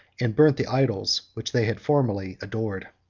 and burnt the idols which they had formerly adored.